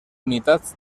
unitats